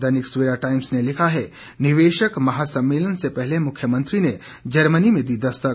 दैनिक Savera Times ने लिखा है निवेशक महासम्मेलन से पहले मुख्यमंत्री ने जर्मनी में दी दस्तक